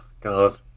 God